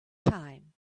time